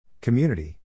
Community